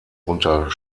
unter